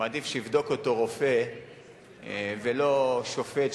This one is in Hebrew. מעדיף שיבדוק אותו רופא ולא שופט,